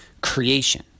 creation